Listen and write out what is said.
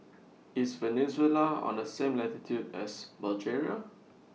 IS Venezuela on The same latitude as Bulgaria